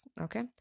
okay